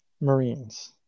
Marines